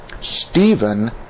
Stephen